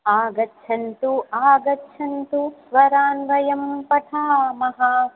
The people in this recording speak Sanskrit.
आगच्छन्तु आगच्छन्तु स्वरान् वयं पठामः